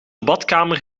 badkamer